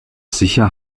sicher